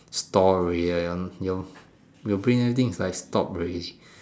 stop already your brain everything is like stop already